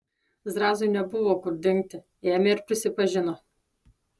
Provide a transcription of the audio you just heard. zrazui nebuvo kur dingti ėmė ir prisipažino